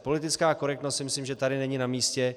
Politická korektnost si myslím, že tady není namístě.